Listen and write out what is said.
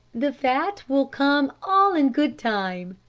the fat will come all in good time,